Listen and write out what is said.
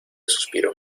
suspiró